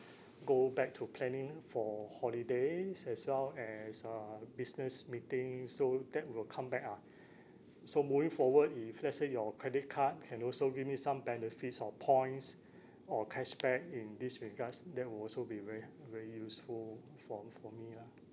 go back to planning for holidays as well as uh business meeting so that will come back ah so moving forward if let's say your credit card can also give me some benefits or points or cashback in this regards that will also be very very useful for m~ for me ah